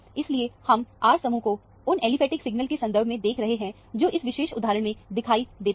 इसलिए हम R समूह को उन एलीफेंट सिग्नल के संदर्भ में देख रहे हैं जो इस विशेष उदाहरण में दिखाई देते हैं